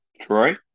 Troy